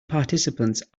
participants